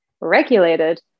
regulated